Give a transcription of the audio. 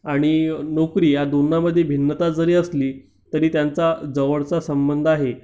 आणि नोकरी या दोन्हामध्ये भिन्नता जरी असली तरी त्यांचा जवळचा संबंध आहे